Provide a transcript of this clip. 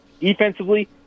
Defensively